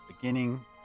beginning